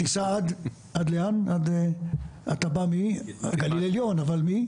אתה בא מגליל עליון, אבל מאיפה?